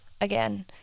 again